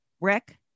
Rick